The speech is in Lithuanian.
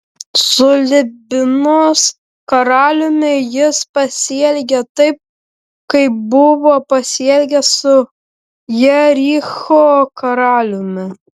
su libnos karaliumi jis pasielgė taip kaip buvo pasielgęs su jericho karaliumi